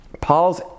Paul's